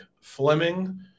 Fleming